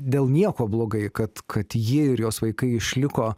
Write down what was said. dėl nieko blogai kad kad jie ir jos vaikai išliko